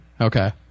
Okay